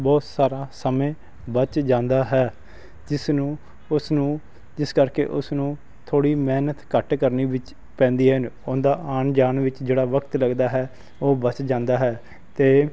ਬਹੁਤ ਸਾਰਾ ਸਮਾਂ ਬਚ ਜਾਂਦਾ ਹੈ ਜਿਸ ਨੂੰ ਉਸ ਨੂੰ ਜਿਸ ਕਰਕੇ ਉਸ ਨੂੰ ਥੋੜ੍ਹੀ ਮਿਹਨਤ ਘੱਟ ਕਰਨੀ ਵਿੱਚ ਪੈਂਦੀ ਹੈ ਉਹਦਾ ਆਉਣ ਜਾਣ ਵਿੱਚ ਜਿਹੜਾ ਵਕਤ ਲੱਗਦਾ ਹੈ ਉਹ ਬਚ ਜਾਂਦਾ ਹੈ ਅਤੇ